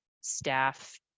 staff